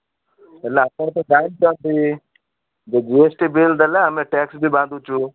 ହେଲେ ଆପଣ ତ ଜାଣିଛନ୍ତି ଯେ ଜି ଏସ୍ ଟି ବିଲ୍ ଦେଲେ ଆମେ ଟ୍ୟାକ୍ସ୍ ବି ବାନ୍ଧୁଛୁ